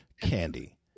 Candy